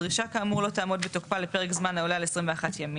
דרישה כאמור לא תעמוד בתוקפה לפרק זמן העולה על 21 ימים,